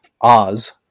Oz